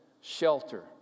Shelter